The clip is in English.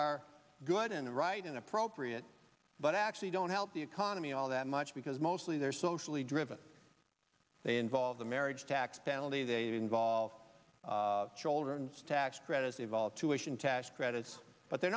are good and right and appropriate but actually don't help the economy all that much because mostly they're socially driven they involve the marriage tax penalty they involve children's tax credits involve tuitions cash credits but they're